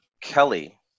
kelly